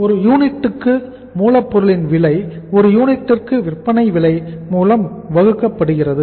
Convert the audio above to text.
எனவே ஒரு யூனிட்டிற்கு மூலப் பொருளின் விலை ஒரு யூனிட்டிற்கு விற்பனை விலை மூலம் வகுக்கப்படுகிறது